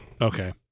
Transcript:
Okay